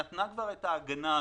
נתנה כבר את ההגנה הזאת.